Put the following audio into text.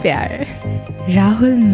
Rahul